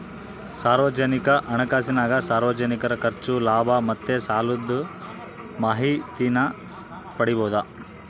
ಸಾರ್ವಜನಿಕ ಹಣಕಾಸಿನಾಗ ಸಾರ್ವಜನಿಕರ ಖರ್ಚು, ಲಾಭ ಮತ್ತೆ ಸಾಲುದ್ ಮಾಹಿತೀನ ಪಡೀಬೋದು